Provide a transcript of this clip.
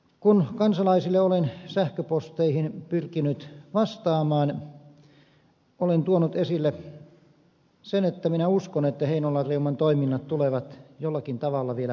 kun kansalaisille olen sähköposteihin pyrkinyt vastaamaan olen tuonut esille sen että minä uskon että heinolan reuman toiminnat tulevat jollakin tavalla vielä jatkumaan